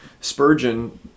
Spurgeon